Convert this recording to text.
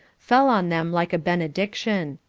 fell on them like a benediction.